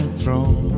throne